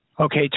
Okay